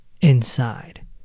inside